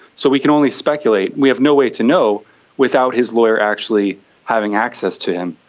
so we can only speculate. we have no way to know without his lawyer actually having access to him.